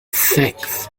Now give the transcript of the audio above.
six